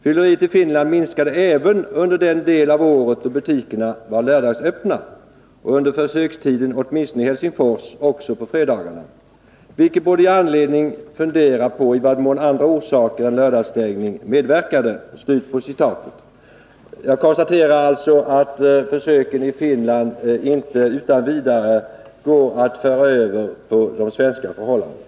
Fylleriet i Finland minskade även under den del av året då butikerna var lördagsöppna och under försökstiden åtminstone i Helsingfors också på fredagarna, vilket borde ge anledning fundera på i vad mån andra orsaker än lördagsstängningen medverkade.” Jag konstaterar alltså att försöken i Finland inte utan vidare går att föra över på de svenska förhållandena.